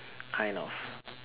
kind of